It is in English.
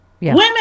women